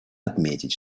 отметить